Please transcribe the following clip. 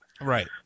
Right